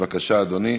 בבקשה, אדוני,